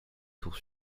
tour